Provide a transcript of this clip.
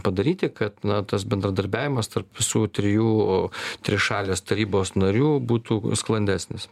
padaryti kad na tas bendradarbiavimas tarp visų trijų trišalės tarybos narių būtų sklandesnis